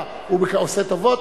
מה, הוא עושה טובות?